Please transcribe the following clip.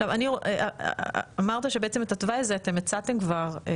עכשיו, אמרת שבעצם את התוואי הזה אתם הצעתם כבר?